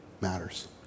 matters